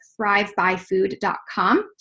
thrivebyfood.com